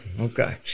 okay